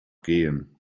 gehen